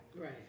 Right